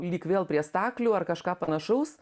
lyg vėl prie staklių ar kažką panašaus